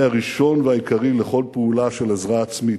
הראשון והעיקרי לכל פעולה של עזרה עצמית,